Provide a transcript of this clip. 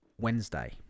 Wednesday